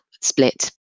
split